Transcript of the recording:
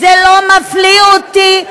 זה לא מפליא אותי,